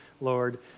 Lord